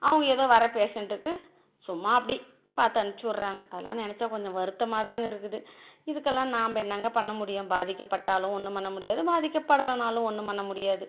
அவங்க ஏதோ வர்ற பேஷண்ட்டுக்கு சும்மா அப்படி பார்த்து அனுப்ச்சிவிட்றாங்க அதெல்லாம் நெனைச்சா கொஞ்சம் வருத்தமாக தாங்க இருக்குது இதுக்கெல்லாம் நாம் என்னங்க பண்ண முடியும் பாதிக்கப்பட்டாலும் ஒன்றும் பண்ண முடியாது பாதிக்கப்படலைனாலும் ஒன்றும் பண்ண முடியாது